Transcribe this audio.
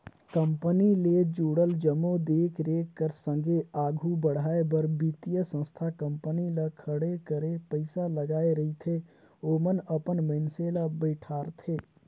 company ले जुड़ल जम्मो देख रेख कर संघे आघु बढ़ाए बर बित्तीय संस्था कंपनी ल खड़े करे पइसा लगाए रहिथे ओमन अपन मइनसे ल बइठारथे